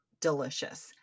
delicious